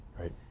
right